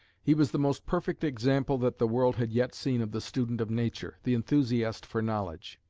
he was the most perfect example that the world had yet seen of the student of nature, the enthusiast for knowledge.